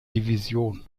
division